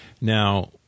Now